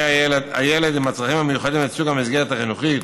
הילד עם הצרכים המיוחדים את סוג המסגרת החינוכית,